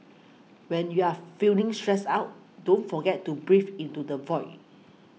when you are feeling stressed out don't forget to breathe into the void